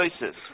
choices